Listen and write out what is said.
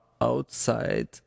outside